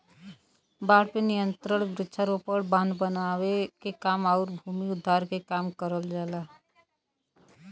बाढ़ पे नियंत्रण वृक्षारोपण, बांध बनावे के काम आउर भूमि उद्धार के काम करल जाला